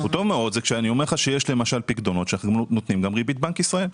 יש פיקדונות שאנחנו נותנים עליהם ריבית בנק ישראל,